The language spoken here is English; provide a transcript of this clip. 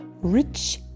rich